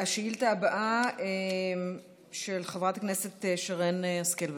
השאילתה הבאה, של חברת הכנסת שרן השכל.